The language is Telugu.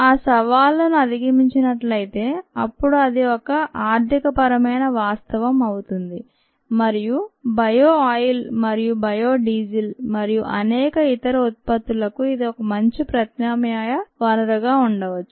ఆ సవాళ్లను అధిగమించినట్లయితే అప్పుడు అది ఒక ఆర్థికపరమైన వాస్తవం అవుతుంది మరియు బయో ఆయిల్ మరియు బయో డీజిల్ మరియు అనేక ఇతర ఉత్పత్తులకు ఇది ఒక మంచి ప్రత్యామ్నాయ వనరుగా ఉండవచ్చు